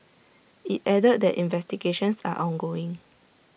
IT added that investigations are ongoing